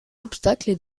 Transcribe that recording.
obstacles